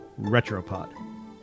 Retropod